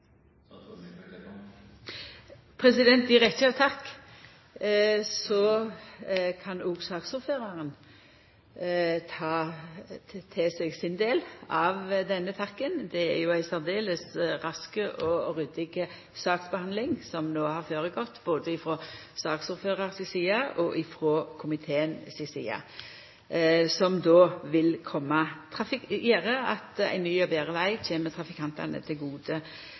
takk kan òg sakordføraren ta til seg sin del av denne takken. Det har vore ei særs rask og ryddig saksbehandling, både frå saksordføraren si side og frå komiteen si side, som gjer at ein ny og betre veg kjem trafikantane til gode